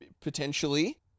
potentially